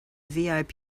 vip